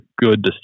good